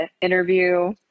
interview